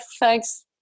thanks